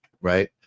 right